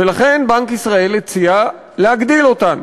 ולכן בנק ישראל הציע להגדיל אותן.